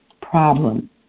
problem